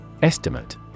Estimate